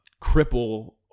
cripple